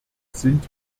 sind